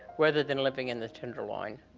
rather than living in the tenderloin.